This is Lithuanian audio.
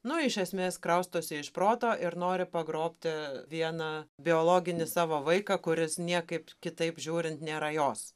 nu iš esmės kraustosi iš proto ir nori pagrobti vieną biologinį savo vaiką kuris niekaip kitaip žiūrint nėra jos